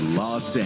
los